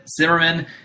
Zimmerman